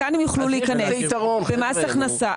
לכאן הם יוכלו להיכנס במס הכנסה.